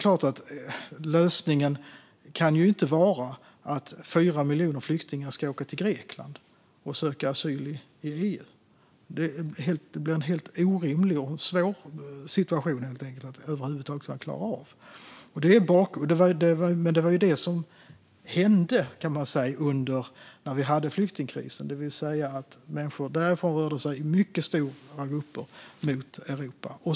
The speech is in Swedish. Lösningen kan ju inte vara att 4 miljoner flyktingar ska åka till Grekland och söka asyl i EU; det blir en helt orimlig situation och en svår situation att över huvud taget klara av. Det var detta som hände när vi hade flyktingkrisen - människor därifrån rörde sig i mycket stora grupper mot Europa.